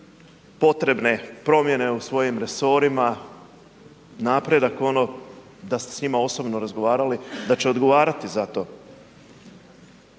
potrebne promjene u svojim resorima, napredak, da ste s njima osobno razgovarali, da će odgovarati za to,